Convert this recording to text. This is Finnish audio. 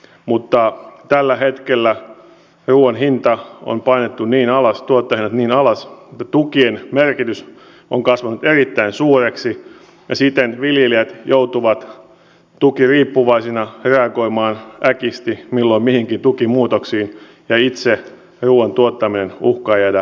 mutta tällä hetkellä ruuan hinta on painettu niin alas tuote niin alas ja tukien merkitys on kasvanut erittäin suureksi ja sitten viljelijät joutuvat tukiriippuvaisina reagoimaan äkisti milloin mihinkin tukimuutoksiin peitsen ruuan tuottaminen uhkaa jäädä